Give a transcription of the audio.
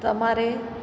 તમારે